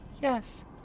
Yes